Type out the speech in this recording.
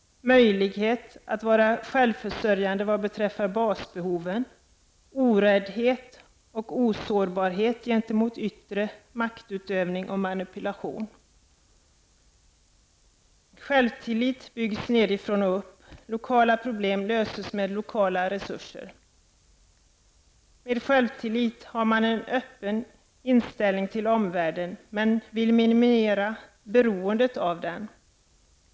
Möjlighet att vara självförsörjande vad beträffar basbehoven. Oräddhet och osårbarhet gentemot yttre maktutövning och manipulation. Självtillit byggs nedifrån och upp. Lokala problem löses med lokala resurser. Med självtillit har man en öppen inställning till omvärlden men vill minimera beroendet av den.